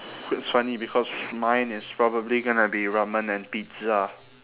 it's funny because mine is probably going to be ramen and pizza